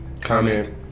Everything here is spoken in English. comment